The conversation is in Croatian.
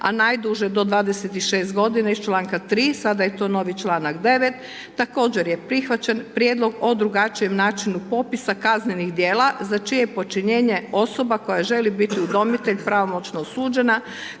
a najduže do 26 godina iz čl. 3., sada je to novi čl. 9. Također je prihvaćen Prijedlog o drugačijem načinu popisa kaznenih djela za čije počinjenje osoba koja želi biti udomitelj pravomoćno osuđena,